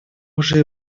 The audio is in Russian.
уже